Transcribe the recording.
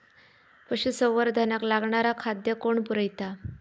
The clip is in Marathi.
पशुसंवर्धनाक लागणारा खादय कोण पुरयता?